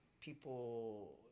people